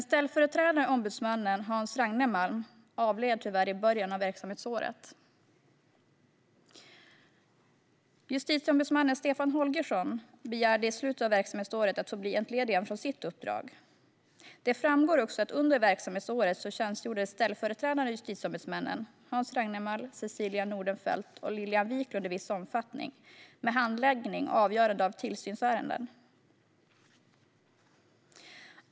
Ställföreträdande ombudsmannen Hans Ragnemalm avled tyvärr i början av verksamhetsåret, och justitieombudsmannen Stefan Holgersson begärde i slutet av verksamhetsåret att få bli entledigad från sitt uppdrag. Det framgår också att under verksamhetsåret tjänstgjorde de ställföreträdande justitieombudsmännen Hans Ragnemalm, Cecilia Nordenfelt och Lilian Wiklund i viss omfattning med handläggning och avgörande av tillsynsärenden.